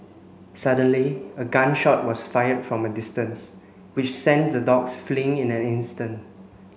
suddenly a gun shot was fired from a distance which sent the dogs fleeing in an instant